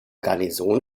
garnison